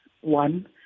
one